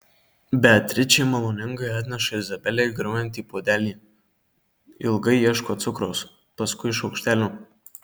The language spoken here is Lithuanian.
beatričė maloningai atneša izabelei garuojantį puodelį ilgai ieško cukraus paskui šaukštelio